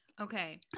Okay